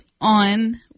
on